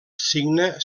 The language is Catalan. signe